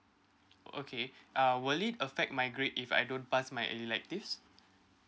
okay uh will it affect my grade if I don't pass my electives